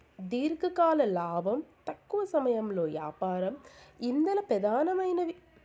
దీర్ఘకాలం లాబం, తక్కవ సమయంలో యాపారం ఇందల పెదానమైనవి